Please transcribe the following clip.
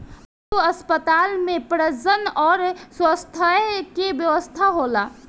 पशु अस्पताल में प्रजनन अउर स्वास्थ्य के व्यवस्था होला